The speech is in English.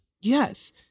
Yes